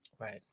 Right